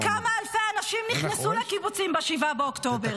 וכמה אלפי אנשים נכנסו לקיבוצים ב-7 באוקטובר.